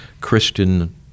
Christian